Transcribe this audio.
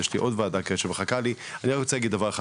יש עוד וועדה שמחכה לי,